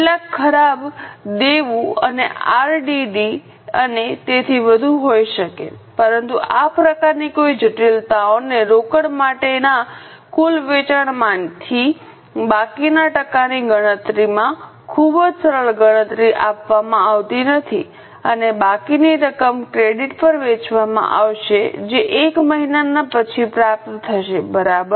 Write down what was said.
કેટલાક ખરાબ દેવું અને આરડીડી અને તેથી વધુ હોઈ શકે છે પરંતુ આ પ્રકારની કોઈ જટિલતાઓને રોકડ માટેના કુલ વેચાણમાંથી બાકીના ટકાની ગણતરીમાં ખૂબ જ સરળ ગણતરી આપવામાં આવતી નથી અને બાકીની રકમ ક્રેડિટ પર વેચવામાં આવશે જે 1 મહિનાના પછી પ્રાપ્ત થશે બરાબર